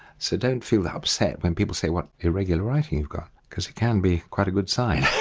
so don't feel upset when people say what irregular writing you've got. because it can be quite a good sign